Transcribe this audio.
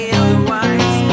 otherwise